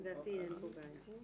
לדעתי, אין פה בעיה.